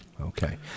okay